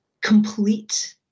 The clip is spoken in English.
complete